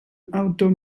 outdoor